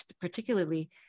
particularly